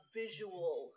visual